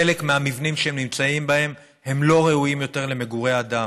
חלק מהמבנים שהן נמצאות בהם לא ראויים יותר למגורי אדם.